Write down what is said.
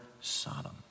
Sodom